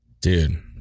Dude